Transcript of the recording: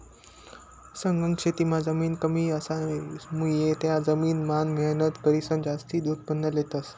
सघन शेतीमां जमीन कमी असामुये त्या जमीन मान मेहनत करीसन जास्तीन उत्पन्न लेतस